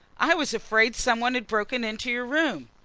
i was afraid some one had broken into your room!